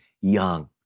young